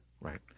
Right